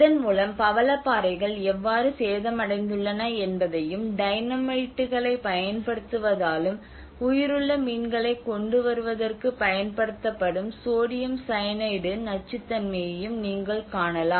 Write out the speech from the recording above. இதன் மூலம் பவளப்பாறைகள் எவ்வாறு சேதமடைந்துள்ளன என்பதையும் டைனமைட்டுகளைப் பயன்படுத்துவதாலும் உயிருள்ள மீன்களைக் கொண்டுவருவதற்குப் பயன்படுத்தப்படும் சோடியம் சயனைடு நச்சுத்தன்மையையும் நீங்கள் காணலாம்